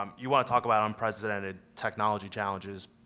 um you want to talk about unprecedented technology challenges?